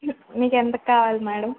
మీకు ఎంతకి కావాలి మ్యాడమ్